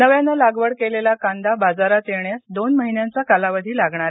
नव्याने लागवड केलेला कांदा बाजारात येण्यास दोन महिन्यांचा कालावधी लागणार आहे